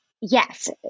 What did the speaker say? Yes